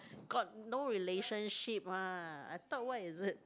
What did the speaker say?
got no relationship one I thought what is it